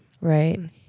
Right